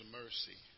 mercy